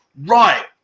right